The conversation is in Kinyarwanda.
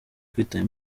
kwitaba